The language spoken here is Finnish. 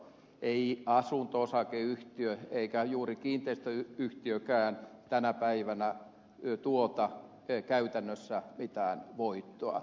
ei asunto osakeyhtiö eikä juuri kiinteistöyhtiökään tänä päivänä tuota käytännössä mitään voittoa